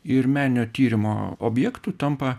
ir meninio tyrimo objektu tampa